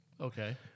Okay